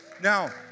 Now